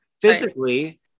physically